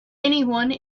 anyone